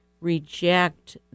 reject